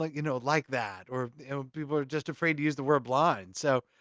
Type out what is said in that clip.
like you know like that? or people are just afraid to use the word blind. so,